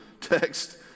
text